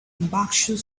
berkshire